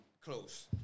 close